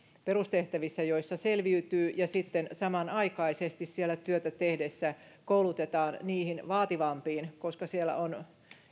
perustehtävissä joissa selviytyvät ja sitten samanaikaisesti siellä työtä tehdessään heitä koulutetaan niihin vaativampiin koska siellä on